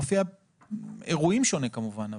אופי האירועים שונה כמובן,